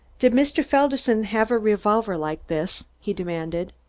did mr. felderson have a revolver like this? he demanded.